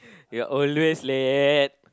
you're always late